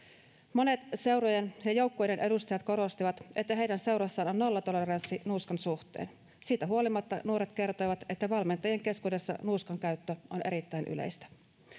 monet seurojen ja joukkueiden edustajat korostivat että heidän seurassaan on nollatoleranssi nuuskan suhteen siitä huolimatta nuoret kertoivat että valmentajien keskuudessa nuuskan käyttö on erittäin yleistä